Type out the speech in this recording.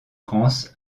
france